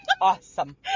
Awesome